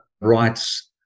rights